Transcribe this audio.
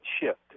shift